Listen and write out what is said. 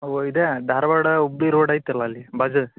ಅವು ಇದೇ ಧಾರವಾಡ ಹುಬ್ಳಿ ರೋಡ್ ಐತಲ್ಲ ಅಲ್ಲಿ ಬಾಜು